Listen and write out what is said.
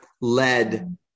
led